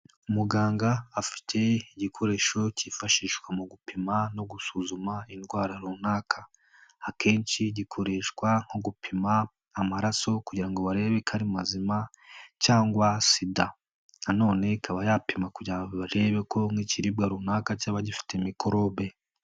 Muganga afite igikoresho kifashishwa mu gupima no gusuzuma indwara runaka. Akenshi gikoreshwa nko gupima amaraso kugira ngo barebe ko ari mazima, cyangwa sida. Nanone ikaba yapima kugira barebe ko nk'ikiribwa runaka cyaba gifite mikorobe.